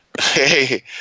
hey